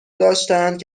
داشتند